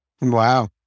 Wow